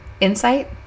insight